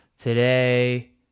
today